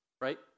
right